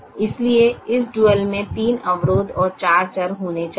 इसलिए इस डुअल में तीन अवरोध और चार चर होने चाहिए